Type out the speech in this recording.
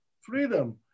freedom